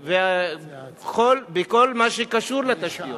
אין לי ספק שהתנופה של התשתיות וכל מה שקשור לתשתיות,